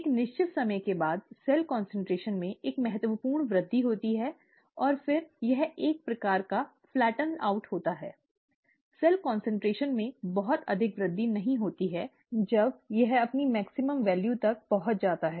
एक निश्चित समय के बाद सेल कान्सन्ट्रेशन में एक महत्वपूर्ण वृद्धि होती है और फिर यह एक प्रकार का चपटा होता है सेल कान्सन्ट्रेशन में बहुत अधिक वृद्धि नहीं होती है जब यह अपनी अधिकतम मूल्य तक पहुंच जाता है